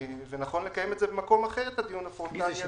ונכון לקיים במקום אחר את הדיון הפרונטלי,